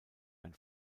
ein